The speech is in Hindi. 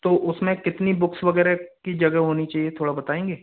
तो उसमें कितनी बुक्स वगैरह की जगह होनी चाहिए थोड़ा बताएंगे